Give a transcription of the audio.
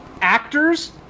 Actors